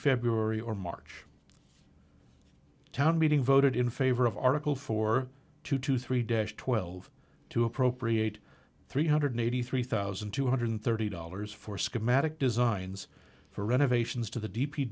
february or march town meeting voted in favor of article four two to three days twelve to appropriate three hundred eighty three thousand two hundred thirty dollars for schematic designs for renovations to the d p